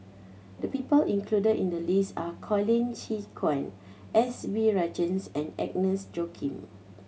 the people included in the list are Colin Qi Quan S B Rajhans and Agnes Joaquim